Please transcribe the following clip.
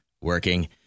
working